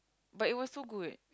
but it was so good